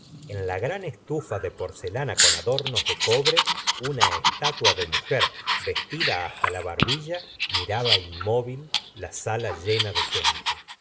en la gran estufa de porcelana con adornos de cobre una estatua de mujer vestida hasta la barbilla miraba inmóvil la sala llena de gente